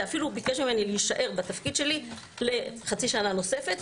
ואפילו ביקש ממני להישאר בתפקיד שלי לחצי שנה נוספת.